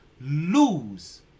Lose